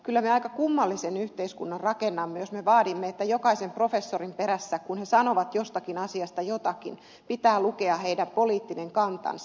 kyllä me aika kummallisen yhteiskunnan rakennamme jos me vaadimme että jokaisen professorin nimen perässä kun hän sanoo jostakin asiasta jotakin pitää lukea hänen poliittinen kantansa